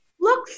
look